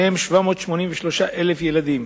ובהם 783,000 ילדים.